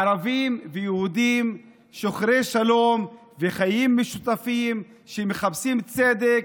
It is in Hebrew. ערבים ויהודים שוחרי שלום וחיים משותפים שמחפשים צדק,